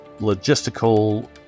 logistical